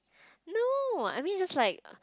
no I mean just like